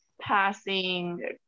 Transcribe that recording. passing